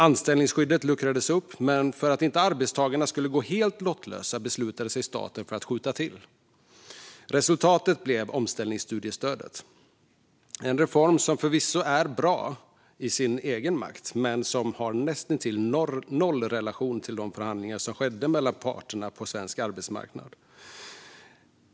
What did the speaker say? Anställningsskyddet luckrades upp, men för att inte arbetstagarna skulle gå helt lottlösa beslutade sig staten för att skjuta till medel. Resultatet blev omställningsstudiestödet. Det är en reform som förvisso är bra i sig men som har näst intill noll relation till de förhandlingar som skedde mellan parterna på svensk arbetsmarknad.